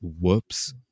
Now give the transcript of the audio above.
whoops